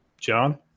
John